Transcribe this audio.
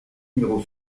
numéro